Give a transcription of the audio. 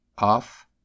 off